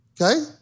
Okay